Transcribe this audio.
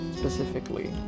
Specifically